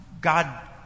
God